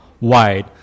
wide